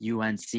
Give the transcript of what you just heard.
UNC